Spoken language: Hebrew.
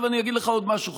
אני אגיד לך עוד משהו,